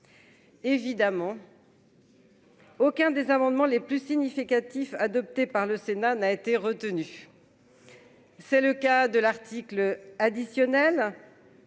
évidemment. Aucun des amendements les plus significatifs, adopté par le Sénat n'a été retenue, c'est le cas de l'article additionnel.